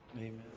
Amen